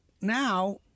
Now